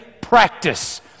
practice